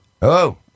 Hello